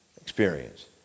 Experience